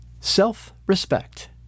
self-respect